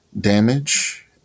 damage